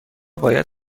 باید